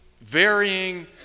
varying